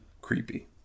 Creepy